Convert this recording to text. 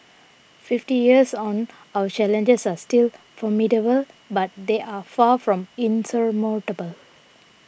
fifty years on our challenges are still formidable but they are far from insurmountable